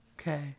okay